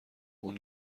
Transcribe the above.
اون